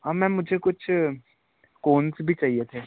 हाँ मैम मुझे कुछ कोन्स भी चाहिए थे